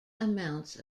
amounts